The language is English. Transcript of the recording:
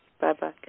Bye-bye